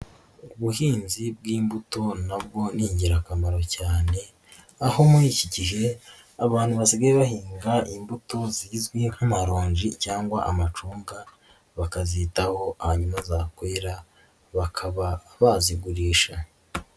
Ubuhinzi bw'imbuto na bwo ni ingirakamaro cyane aho muri iki gihe abantu basigaye bahinga imbuto zizwi nk'amaronji cyangwa amacunga, bakazitaho hanyuma zakwera bakaba bazigurisha.